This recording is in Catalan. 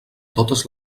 totes